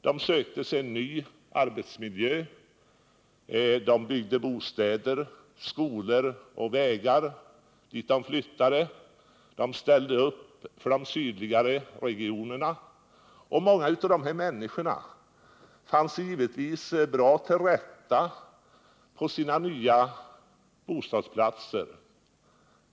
De sökte sig nya arbeten söderut. De byggde bostäder, skolor och vägar på de orter dit de flyttade. De ställde upp för de sydligare regionerna. Många av de här människorna fann sig givetvis bra till rätta på sina nya bostadsplatser.